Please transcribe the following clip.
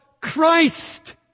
Christ